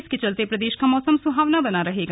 इसके चलते प्रदेश का मौसम सुहावना बना रहेगा